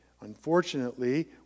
Unfortunately